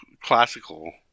classical